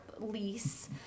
lease